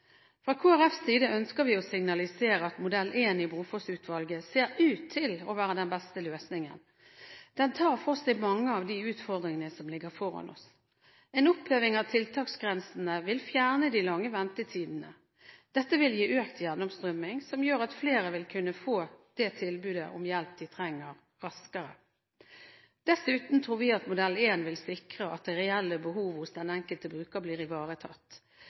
Fra Kristelig Folkepartis side ønsker vi å signalisere at modell 1 i Brofoss-utvalget ser ut til å være den beste løsningen. Den tar for seg mange av de utfordringene som ligger foran oss. En oppheving av tiltaksgrensene vil fjerne de lange ventetidene. Dette vil gi økt gjennomstrømming, som gjør at flere vil kunne få det tilbudet om hjelp de trenger, raskere. Dessuten tror vi at modell 1 vil sikre at det reelle behovet hos den enkelte bruker blir ivaretatt.